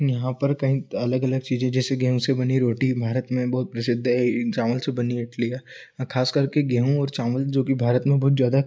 यहाँ पर कहीं अलग अलग चीज़ें जैसे गेहूँ से बनी रोटी भारत में बहुत प्रसिद्ध है चावल से बनी इडलिया खास करके गेहूँ और चावल जो भी भारत में बहुत ज़्यादा